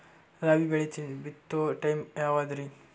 ರಾಬಿ ಬೆಳಿ ಬಿತ್ತೋ ಟೈಮ್ ಯಾವದ್ರಿ?